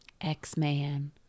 X-Man